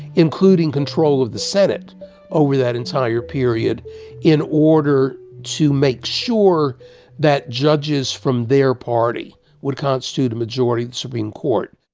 including control of the senate over that entire period in order to make sure that judges from their party would constitute a majority supreme court.